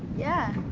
yeah,